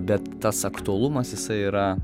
bet tas aktualumas jisai yra